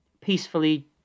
peacefully